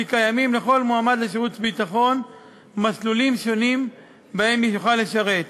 וכי קיימים לכל מועמד לשירות ביטחון מסלולים שונים שבהם יוכל לשרת,